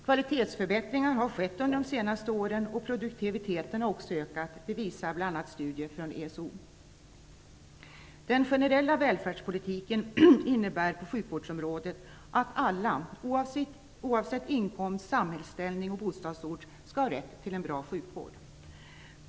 Kvalitetsförbättringar har skett under de senaste åren och produktiviteten har också ökat, det visar bl.a. Den generella välfärdspolitiken innebär på sjukvårdsområdet att alla, oavsett inkomst, samhällsställning och bostadsort, skall ha rätt till en bra sjukvård.